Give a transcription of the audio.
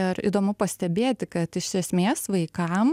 ir įdomu pastebėti kad iš esmės vaikam